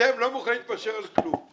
אתם לא מוכנים להתפשר על כלום.